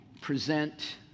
present